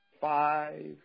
five